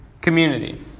community